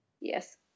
Yes